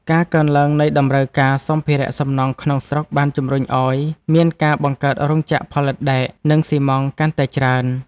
ការកើនឡើងនៃតម្រូវការសម្ភារសំណង់ក្នុងស្រុកបានជំរុញឱ្យមានការបង្កើតរោងចក្រផលិតដែក និងស៊ីម៉ងត៍កាន់តែច្រើន។